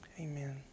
Amen